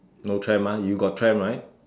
no tram ah you got tram right